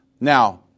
Now